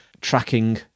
tracking